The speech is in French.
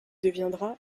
deviendra